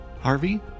Harvey